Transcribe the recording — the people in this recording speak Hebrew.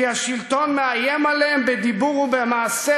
כי השלטון מאיים עליהם בדיבור ובמעשה,